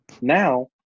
Now